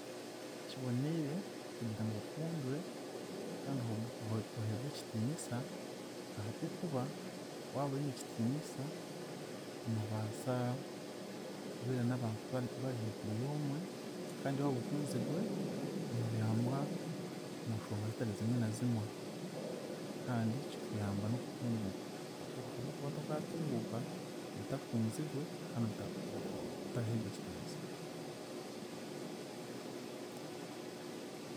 Kiboniire kugira ngu okundwe kandi ohobwe ohe- oheebwe ekitiinisa ahabw'okuba waaba oine ekitiinisa, noobaasa kubeera n'abantu bari barihaiguru y'omwe, kandi waaba okunzigwe, nooyambwa omu nshonga zitari zimwe na zimwe kandi kikuyamba n'okutunguuka habwo habw'okuba tokaatunguuka otakunzigwe kandi ota- o- o- otaraheebwa ekitiinisa.